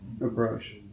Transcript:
approach